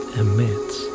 emits